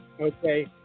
Okay